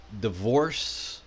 divorce